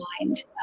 mind